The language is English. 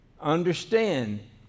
Understand